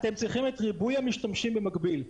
אתם צריכים את ריבוי המשתמשים במקביל.